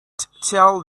tell